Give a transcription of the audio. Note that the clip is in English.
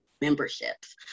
memberships